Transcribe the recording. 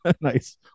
nice